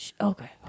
Okay